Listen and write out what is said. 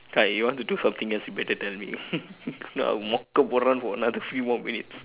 ka if you want to do something else you better tell me if not I will mock around for a few more minutes